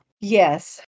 Yes